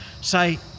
say